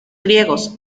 griegos